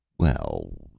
well,